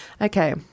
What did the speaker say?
Okay